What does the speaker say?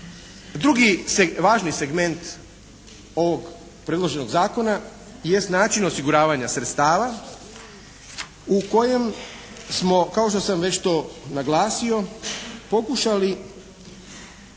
Drugi važni segment ovog predloženog zakona jest način osiguravanja sredstava u kojem smo kao što sam već to naglasio pokušali